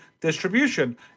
distribution